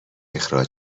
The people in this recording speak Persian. اخراج